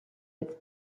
its